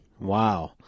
Wow